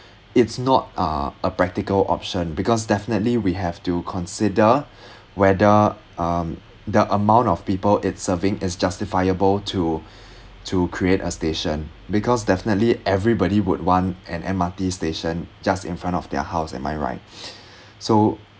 it's not uh a practical option because definitely we have to consider whether um the amount of people it's serving is justifiable to to create a station because definitely everybody would want an M_R_T station just in front of their house am I right so